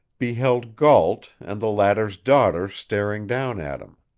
beheld gault and the latter's daughter staring down at him.